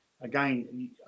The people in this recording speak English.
again